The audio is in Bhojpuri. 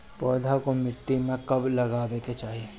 पौधे को मिट्टी में कब लगावे के चाही?